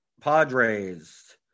Padres